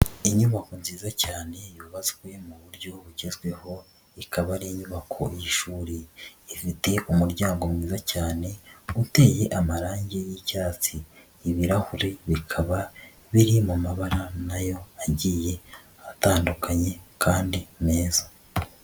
Inyubako nziza cyane yubatswe mu buryo bugezweho, ikaba ari inyubako y'ishuri, ifite umuryango mwiza cyane uteye amarangi y'icyatsi, ibirahure bikaba biri mu mabara nayo agiye atandukanye kandi neza.